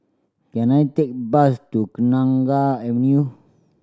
can I take bus to Kenanga Avenue